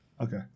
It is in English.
okay